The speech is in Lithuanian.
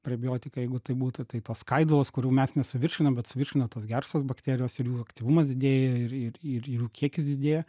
prebiotikai jeigu tai būtų tai tos skaidulos kurių mes nesuvirškinam bet suvirškina tos gerosios bakterijos ir jų aktyvumas didėja ir ir ir jų kiekis didėja